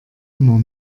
immer